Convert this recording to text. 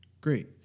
Great